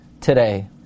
today